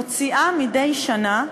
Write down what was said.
מוציאה מדי שנה,